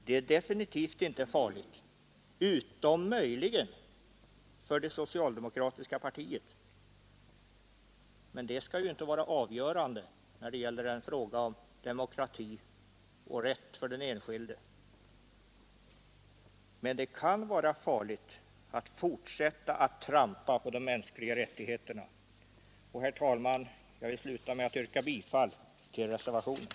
Det är definitivt inte farligt, utom möjligen för det socialdemokratiska partiet, och det skall ju inte vara avgörande när det gäller en fråga om demokrati och rätt för den enskilde. Men det kan vara farligt att fortsätta att trampa på de mänskliga rättigheterna. Herr talman! Jag vill sluta med att yrka bifall till reservationen.